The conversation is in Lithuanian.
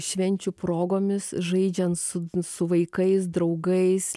švenčių progomis žaidžiant su vaikais draugais